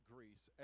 Greece